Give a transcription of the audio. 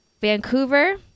Vancouver